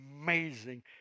amazing